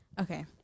okay